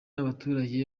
abaturage